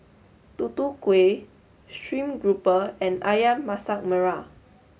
Tutu Kueh Stream Grouper and Ayam Masak Merah